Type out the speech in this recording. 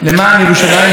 ברוך פודה ומציל".